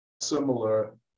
similar